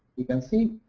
you can see